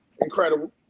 incredible